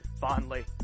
fondly